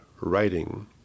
writing